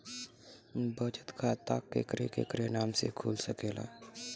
बचत खाता केकरे केकरे नाम से कुल सकेला